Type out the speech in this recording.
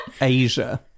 Asia